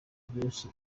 byinshi